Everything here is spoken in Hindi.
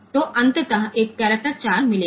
तो अंततः एक करैक्टर 4 मिलेगा